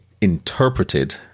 interpreted